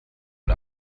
und